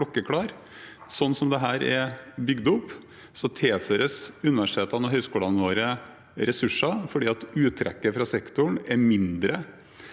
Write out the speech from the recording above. Slik dette er bygd opp, tilføres universitetene og høyskolene våre ressurser fordi uttrekket fra sektoren er mindre